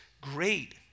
great